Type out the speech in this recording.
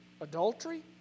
adultery